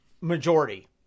majority